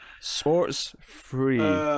Sports-free